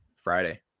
friday